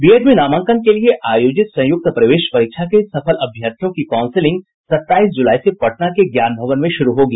BEd में नामांकन के लिए आयोजित संयुक्त प्रवेश परीक्षा के सफल अभ्यर्थियों की कांउंसलिंग सत्ताईस जुलाई से पटना के ज्ञान भवन में शुरू होगी